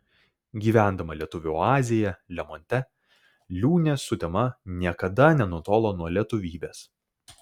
gyvendama lietuvių oazėje lemonte liūnė sutema niekada nenutolo nuo lietuvybės